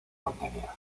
contenía